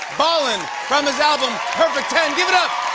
ballin, from his album perfect ten, give it up